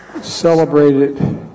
celebrated